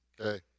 Okay